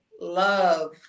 love